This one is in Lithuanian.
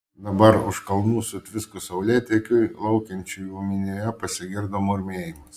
dabar už kalnų sutviskus saulėtekiui laukiančiųjų minioje pasigirdo murmėjimas